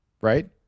Right